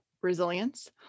resilience